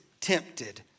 tempted